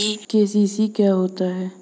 KCC क्या होता है?